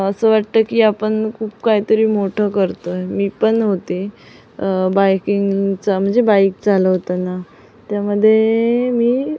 असं वाटतं की आपण खूप काहीतरी मोठं करतो आहे मी पण होते बायकिंगचा म्हणजे बाइक चालवताना त्यामध्ये मी